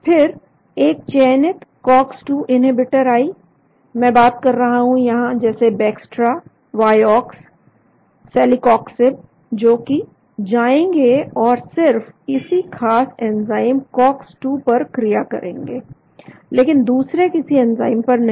फिर एक चयनित cox 2 इन्हेबिटर आई मैं बात कर रहा हूं यहां जैसे Bextra Vioxx सेलीकॉक्सिब जोकि जाएंगे और सिर्फ इसी खास एंजाइम cox 2 पर क्रिया करेंगे लेकिन दूसरे किसी एंजाइम पर नहीं